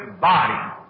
body